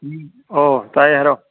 ꯑꯣ ꯇꯥꯏ ꯍꯥꯏꯔꯣ